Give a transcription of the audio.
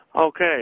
Okay